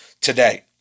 today